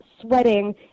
sweating